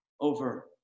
over